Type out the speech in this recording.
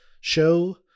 show